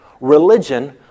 Religion